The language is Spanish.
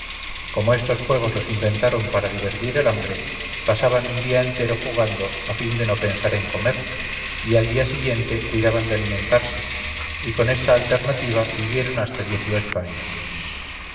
como estos juegos los inventaron para divertir el hambre pasaban un día entero jugando a fin de no pensar en comer y al día siguiente cuidaban de alimentarse y con esta alternativa vivieron hasta dieciocho años